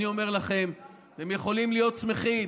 אני אומר לכם, אתם יכולים להיות שמחים